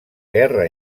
guerra